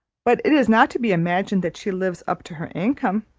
but it is not to be imagined that she lives up to her income.